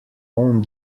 own